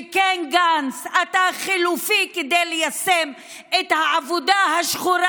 וכן, גנץ, אתה חלופי כדי ליישם את העבודה השחורה